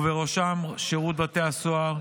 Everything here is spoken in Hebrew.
ובראשם שירות בתי הסוהר.